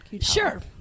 Sure